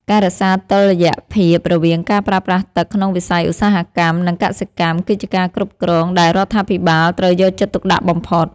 ការរក្សាតុល្យភាពរវាងការប្រើប្រាស់ទឹកក្នុងវិស័យឧស្សាហកម្ម និងកសិកម្មគឺជាការគ្រប់គ្រងដែលរដ្ឋាភិបាលត្រូវយកចិត្តទុកដាក់បំផុត។